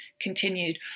continued